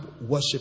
worship